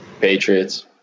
Patriots